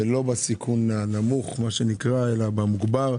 ולא בסיכון הנמוך, אלא במוגבר.